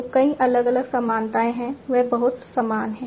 तो कई अलग अलग समानताएं हैं वे बहुत समान हैं